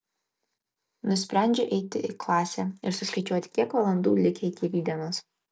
nusprendžiu eiti į klasę ir suskaičiuoti kiek valandų likę iki rytdienos